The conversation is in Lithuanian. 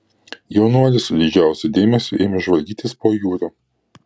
jaunuolis su didžiausiu dėmesiu ėmė žvalgytis po jūrą